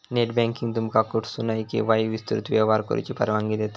net banking तुमका कुठसूनही, केव्हाही विस्तृत व्यवहार करुची परवानगी देता